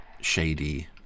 shady